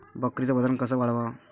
बकरीचं वजन कस वाढवाव?